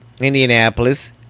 Indianapolis